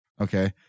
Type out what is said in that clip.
okay